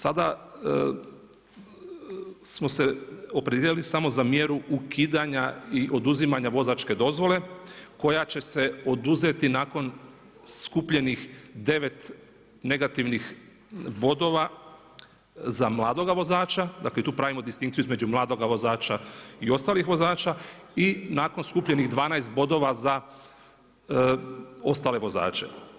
Sada smo se opredijelili samo za mjeru ukidanja i oduzimanja vozačke dozvole koja će se oduzeti nakon skupljenih 9 negativnih bodova za mladoga vozača, dakle i tu pravimo distinkciju između mladoga vozača i ostalih vozača i nakon skupljenih 12 bodova za ostale vozače.